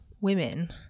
women